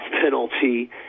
penalty